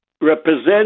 represent